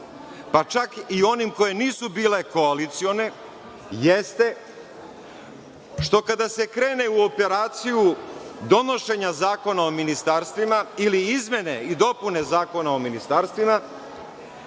pa čak i onim koje nisu bile koalicione, jeste što kada se krene u operaciju donošenja Zakona o ministarstvima ili izmene i dopune Zakona o ministarstvima,